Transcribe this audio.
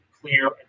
clear